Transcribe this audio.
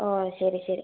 ഓ ശരി ശരി